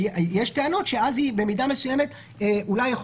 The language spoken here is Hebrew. יש טענות שבמידה מסוימת זה אולי יכול